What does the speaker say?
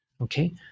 Okay